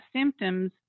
symptoms